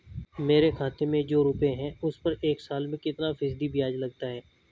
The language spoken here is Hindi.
मेरे खाते में जो रुपये हैं उस पर एक साल में कितना फ़ीसदी ब्याज लगता है?